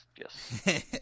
yes